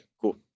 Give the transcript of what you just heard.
Cool